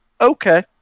Okay